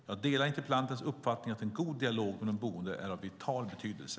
Jag delar interpellantens uppfattning att en god dialog med de boende är av vital betydelse.